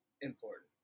important